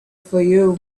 fayoum